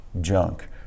junk